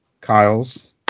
Kyle's